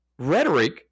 rhetoric